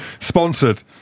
sponsored